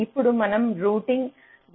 ఇప్పుడు మనం రూటింగ్ గురించి మాట్లాడుతున్నాం